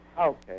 Okay